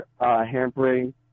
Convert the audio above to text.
hampering